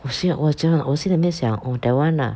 我现在我真的我心里在在想 oh that [one] ah